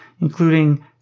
including